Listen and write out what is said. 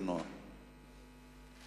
משמע לעסקים ולמשקי הבית.